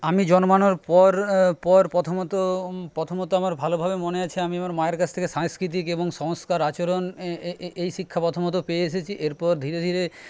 আমি জন্মানোর পর পর প্রথমত প্রথমত আমার ভালোভাবে মনে আছে আমি আমার মায়ের কাছ থেকে সাংস্কৃতিক এবং সংস্কার আচরণ এই শিক্ষা প্রথমত পেয়ে এসেছি এরপর ধীরে ধীরে